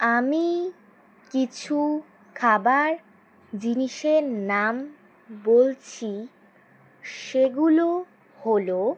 আমি কিছু খাবার জিনিসের নাম বলছি সেগুলো হলো